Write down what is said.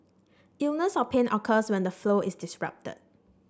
illness or pain occurs when the flow is disrupted